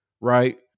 right